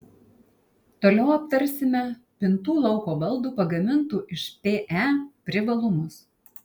toliau aptarsime pintų lauko baldų pagamintų iš pe privalumus